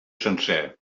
sencer